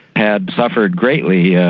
had suffered greatly. yeah